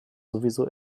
sowieso